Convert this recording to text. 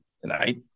tonight